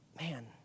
Man